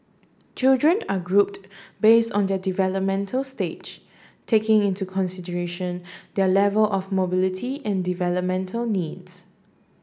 children are grouped base on their developmental stage taking into consideration their level of mobility and developmental needs